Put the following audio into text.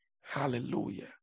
Hallelujah